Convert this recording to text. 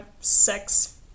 sex